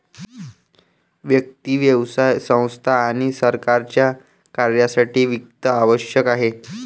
व्यक्ती, व्यवसाय संस्था आणि सरकारच्या कार्यासाठी वित्त आवश्यक आहे